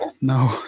No